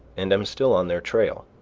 and am still on their trail.